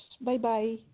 Bye-bye